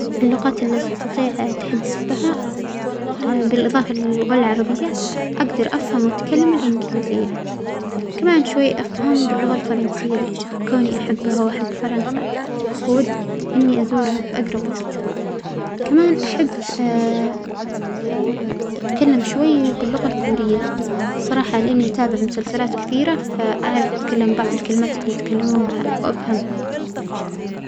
اللغات اللى أستطيع أتحدث بها بالإضافة للغة العربية أجدر أفهم وإتكلم الإنجليزية، كمان شوى أفهم باللغة الفرنسية لأن كونى أحبها وأحب فرنسا وأود إنى أزورها بأجرب وجت، كمان أحب أتكلم شوى باللغة الكورية صراحة لإنى أتابع مسلسلات كثيرة فأعرف أتكلم بعض الكلمات اللى يتكلمون بها و أفهمها.